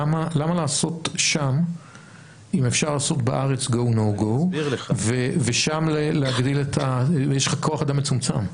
למה לעשות שם אם אפשר לעשות בארץ go no go ושם יש לך כוח אדם מצומצם.